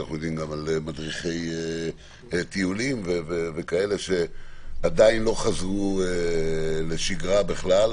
מדריכי טיולים וכאלה שעדיין לא חזרו לשגרה בכלל,